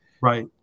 Right